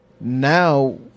now